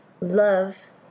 love